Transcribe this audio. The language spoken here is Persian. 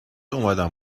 اومدم